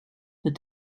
that